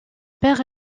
père